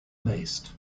based